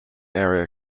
area